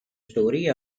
story